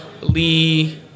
Lee